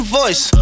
voice